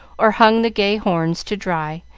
or hung the gay horns to dry,